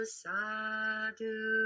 sadu